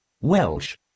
Welsh